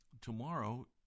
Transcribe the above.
Tomorrow